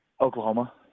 Oklahoma